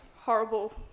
horrible